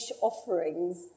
offerings